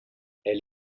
elle